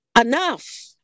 enough